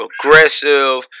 aggressive